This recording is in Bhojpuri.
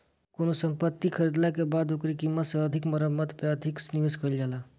कवनो संपत्ति खरीदाला के बाद ओकरी कीमत से अधिका मरम्मत पअ अधिका निवेश कईल जाला